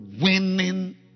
winning